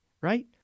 right